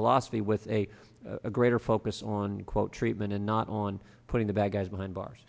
philosophy with a greater focus on quote treatment and not on putting the bad guys behind bars